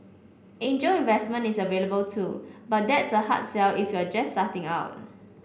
angel investment is available too but that's a hard sell if you're just starting out